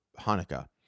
Hanukkah